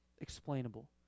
explainable